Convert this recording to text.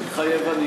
מתחייב אני